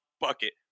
bucket